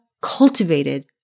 cultivated